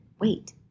wait